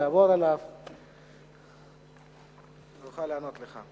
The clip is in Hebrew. הוא יעבור עליו ויוכל לענות לך.